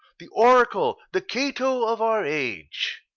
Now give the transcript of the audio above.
the oracle, the cato, of our age.